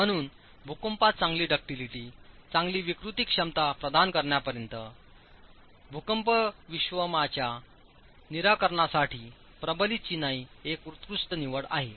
म्हणून भूकंपात चांगली डक्टीलिटी चांगली विकृती क्षमता प्रदान करण्यापर्यंत भूकंपविश्वामाच्या निराकरणासाठी प्रबलित चिनाई एक उत्कृष्ट निवड आहे